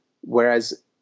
whereas